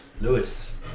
Lewis